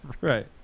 right